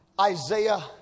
Isaiah